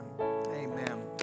Amen